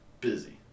Busy